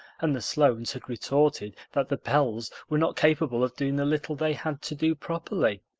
and the sloanes had retorted that the bells were not capable of doing the little they had to do properly.